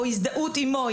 או הזדהות עימו,